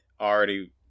already